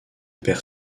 père